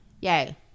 Yay